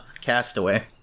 Castaway